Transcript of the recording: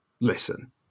listen